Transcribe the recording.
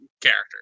character